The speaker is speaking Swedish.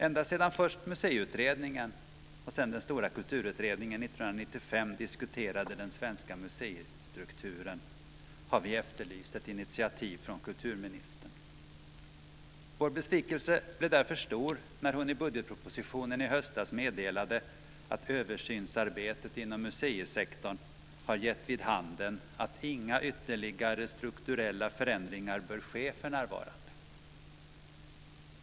Ända sedan först Museiutredningen och sedan den stora Kulturutredningen 1995 diskuterade den svenska museistrukturen har vi efterlyst ett initiativ från kulturministern. Vår besvikelse blev därför stor när hon i budgetpropositionen i höstas meddelade att översynsarbetet inom museisektorn hade gett vid handen att inga ytterligare strukturella förändringar bör ske för närvarande.